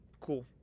cool